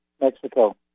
Mexico